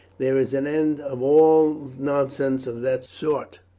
there is an end of all nonsense of that sort.